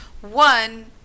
one